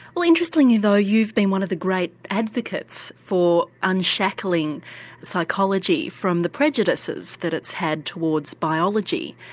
well interestingly though you've been one of the great advocates for unshackling psychology from the prejudices that it's had towards biology.